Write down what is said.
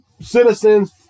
citizens